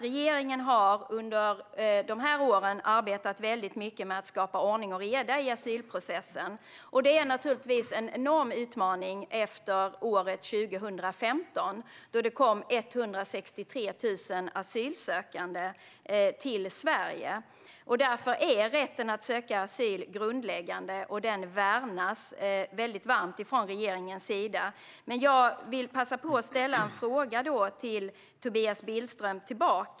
Regeringen har under dessa år arbetat väldigt mycket med att skapa ordning och reda i asylprocessen. Det är naturligtvis en enorm utmaning efter 2015 då det kom 163 000 asylsökande till Sverige. Rätten att söka asyl är grundläggande, och den värnas väldigt varmt av regeringen. Jag vill passa på att ställa en fråga till Tobias Billström.